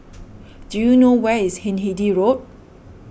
do you know where is Hindhede Road